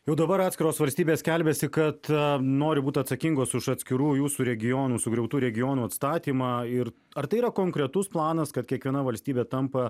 jau dabar atskiros valstybės skelbiasi kad nori būt atsakingos už atskirų jūsų regionų sugriautų regionų atstatymą ir ar tai yra konkretus planas kad kiekviena valstybė tampa